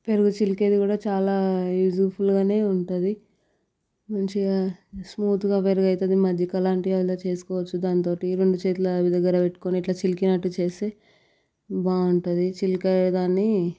పెరుగు చిలికేది కూడా చాలా యూజ్ఫుల్గానే ఉంటుంది మంచిగా స్మూత్గా పెరుగు అవుతుంది మజ్జిక లాంటివి అలా చేసుకోవచ్చు దానితోటి రెండు చేతుల అవి దగ్గర పెట్టుకొని ఇట్లా చిలికినట్టు చేసి బాగుంటుంది చిలుకగానే